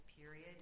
period